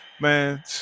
man